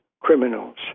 criminals